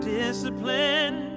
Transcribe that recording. discipline